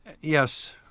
Yes